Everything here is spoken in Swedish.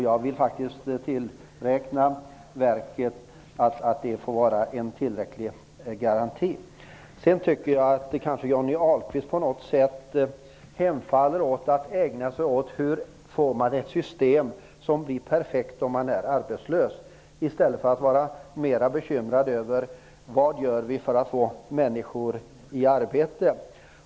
Jag vill tillräkna verket att det är en tillräcklig garanti. Jag tycker att Johnny Ahlqvist hemfaller åt frågan om det går att få ett system som är perfekt när man är arbetslös. Han borde i stället vara mer bekymrad över vad vi skall göra för att få människor i arbete.